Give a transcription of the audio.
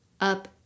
up